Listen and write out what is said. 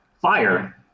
fire